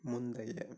முந்தைய